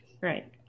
Right